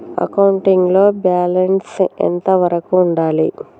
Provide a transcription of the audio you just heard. Accounting లో balance ఎంత వరకు ఉండాలి?